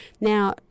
Now